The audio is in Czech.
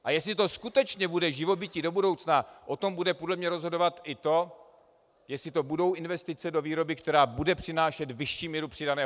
A jestli to skutečně bude živobytí do budoucna, o tom bude podle mě rozhodovat i to, jestli to budou investice do výroby, která bude přinášet vyšší míru přidané hodnoty.